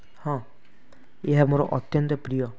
ହଁ ଏହା ମୋର ଅତନ୍ତ୍ୟ ପ୍ରିୟ